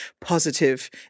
positive